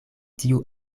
tiu